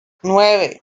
nueve